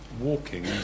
walking